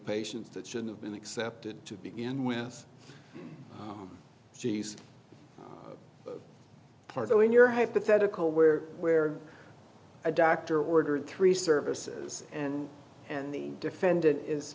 patients that should have been accepted to begin with she's part though in your hypothetical where where a doctor ordered three services and and the defendant is